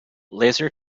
laser